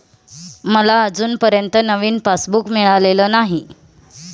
मला अजूनपर्यंत नवीन पासबुक मिळालेलं नाही